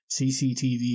CCTV